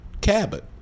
Cabot